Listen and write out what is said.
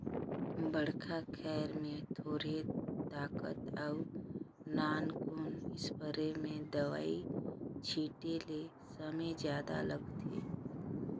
बड़खा खायर में थोरहें ताकत अउ नानकुन इस्पेयर में दवई छिटे ले समे जादा लागथे